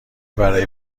برای